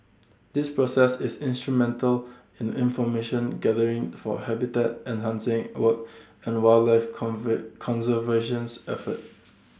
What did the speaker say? this process is instrumental in information gathering for habitat enhancing work and wildlife conservations efforts